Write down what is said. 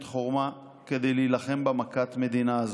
חורמה כדי להילחם במכת המדינה הזאת.